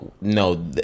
no